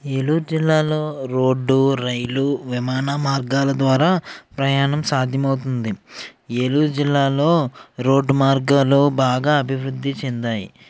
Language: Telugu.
ఏలూరు జిల్లాలో రోడ్డు రైలు విమాన మార్గాల ద్వారా ప్రయాణం సాధ్యమవుతుంది ఏలూరు జిల్లాలో రోడ్డు మార్గాలు బాగా అభివృద్ధి చెందాయి